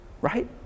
right